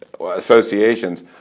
associations